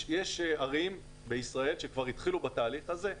יש ערים בישראל שכבר התחילו בתהליך הזה,